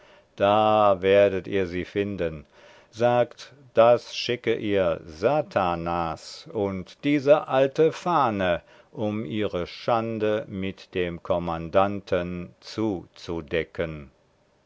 da werdet ihr sie finden sagt das schicke ihr satanas und diese alte fahne um ihre schande mit dem kommandanten zu